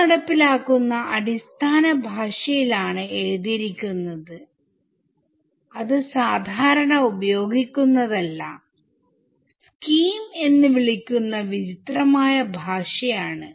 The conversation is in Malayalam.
ഇത് നടപ്പിലാക്കുന്ന അടിസ്ഥാന ഭാഷയിൽ ആണ് എഴുതിയിരിക്കുന്നത്അത് സാദാരണ ഉപയോഗിക്കുന്നതല്ലസ്കീം എന്ന് വിളിക്കുന്ന വിചിത്രമായ ഭാഷ യാണ്